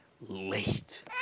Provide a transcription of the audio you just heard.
late